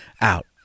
out